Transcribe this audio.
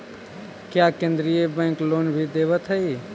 क्या केन्द्रीय bank loan भी देवत हैं